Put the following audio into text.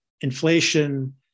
inflation